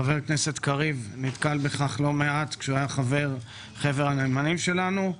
חבר הכנסת קריב נתקל בכך לא מעט כשהוא היה חבר בחבר הנאמנים שלנו.